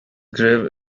grave